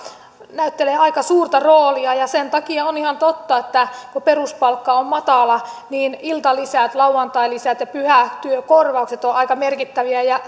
näyttelee aika suurta roolia ja sen takia on ihan totta että kun peruspalkka on matala niin iltalisät lauantailisät ja pyhätyökorvaukset ovat aika merkittäviä ja